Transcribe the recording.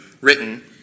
written